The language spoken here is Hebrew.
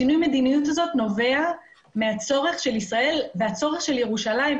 שינוי המדיניות הזה נובע מהצורך של ישראל והצורך של ירושלים,